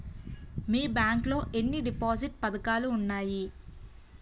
మీ bank లో ఎన్ని deposit పథకాలు ఉన్నాయి?